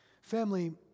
Family